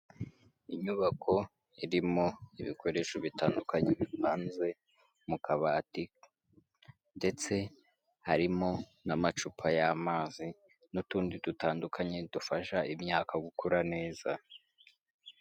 Inyubako irimo ibikoresho bitandukanye bivanze mu kabati ndetse harimo n'amacupa y'amazi n'utundi dutandukanye dufasha imyaka gukura neza.